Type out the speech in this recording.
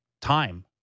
time